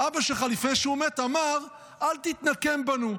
אבא שלך, לפני שהוא מת, אמר: אל תתנקם בנו.